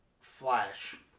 Flash